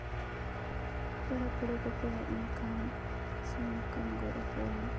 ᱯᱮᱲᱟ ᱯᱟᱺᱬᱦᱟᱹ ᱠᱚᱠᱚ ᱦᱮᱡ ᱞᱮᱱᱠᱷᱟᱱ ᱥᱤᱢ ᱠᱚᱢ ᱜᱚᱡ ᱟᱠᱚᱣᱟ